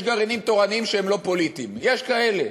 יש גרעינים תורניים שהם לא פוליטיים, יש כאלה.